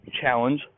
challenge